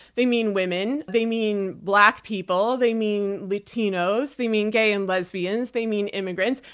they mean women, they mean black people, they mean latinos, they mean gay and lesbians, they mean immigrants.